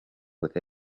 with